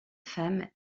femme